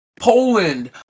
Poland